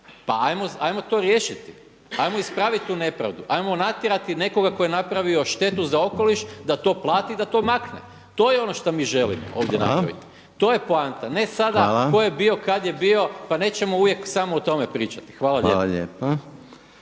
Pa 'ajmo to riješiti, 'ajmo ispraviti tu nepravdu, 'ajmo natjerati nekoga tko je napravio štetu za okoliš da to plati i da to makne. To je ono što mi želimo ovdje napraviti, to je poanta a ne sada tko je bio, kada je bio, pa nećemo uvijek samo o tome pričati. Hvala lijepa.